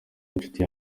w’inshuti